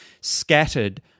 scattered